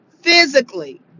physically